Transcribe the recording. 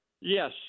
Yes